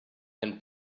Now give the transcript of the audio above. can